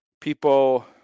people